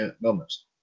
moments